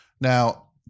Now